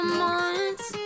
months